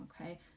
Okay